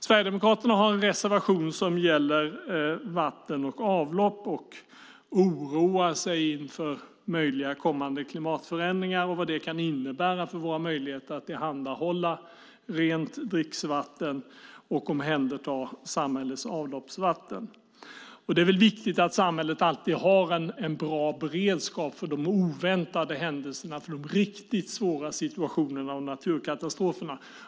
Sverigedemokraterna har en reservation som gäller vatten och avlopp. Man oroar sig för möjliga kommande klimatförändringar och för vad det kan innebära för våra möjligheter att tillhandahålla rent dricksvatten och omhänderta samhällets avloppsvatten. Det är viktigt att samhället alltid har en bra beredskap för de oväntade händelserna, för de riktigt svåra situationerna och för naturkatastroferna.